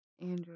Andrew